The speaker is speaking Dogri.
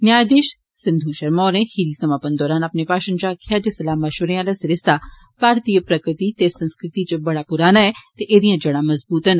न्यायधीष सिंधु षर्मा होरें खीरी समापन दौरान अपने भाशण च आक्खेआ ऐ जे सलाह मषवरें आह्ला सरिस्ता भारतीय प्रगति ते संस्कृति च बड़ा पुराना ऐ ते एह्दियां जड़ा मजबूत न